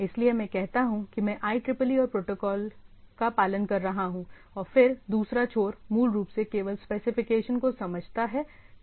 इसलिए मैं कहता हूं कि मैं IEEE और प्रोटोकॉल का पालन कर रहा हूं और फिर दूसरा छोर मूल रूप से केवल स्पेसिफिकेशन को समझता है